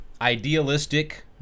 idealistic